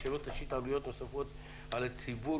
שלא תשית עלויות נוספות על הציבור,